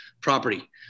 property